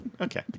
Okay